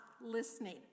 listening